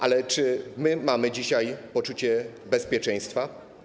Ale czy my mamy dzisiaj poczucie bezpieczeństwa?